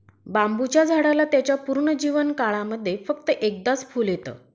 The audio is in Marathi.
बांबुच्या झाडाला त्याच्या पूर्ण जीवन काळामध्ये फक्त एकदाच फुल येत